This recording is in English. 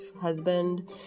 husband